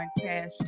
cash